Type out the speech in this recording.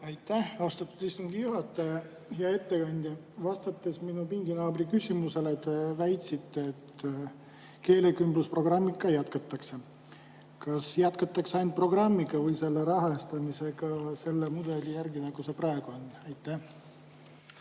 Aitäh, austatud istungi juhataja! Hea ettekandja! Vastates minu pinginaabri küsimusele, te väitsite, et keelekümblusprogrammi jätkatakse. Kas jätkatakse ainult programmi või selle rahastamist selle mudeli järgi, nagu see praegu on? Aitäh,